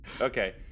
Okay